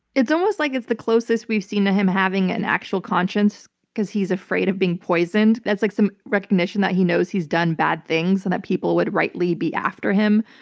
it's almost like it's the closest we've seen to him having an actual conscience because he's afraid of being poisoned. that's like some recognition that he knows he's done bad things and that people would rightly be after him.